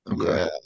Okay